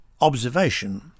observation